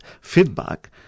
feedback